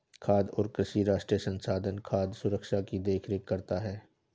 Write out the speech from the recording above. खाद्य और कृषि राष्ट्रीय संस्थान खाद्य सुरक्षा की देख रेख करता है